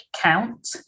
count